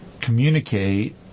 communicate